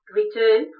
return